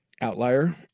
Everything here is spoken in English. Outlier